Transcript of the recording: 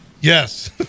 Yes